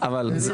אבל זה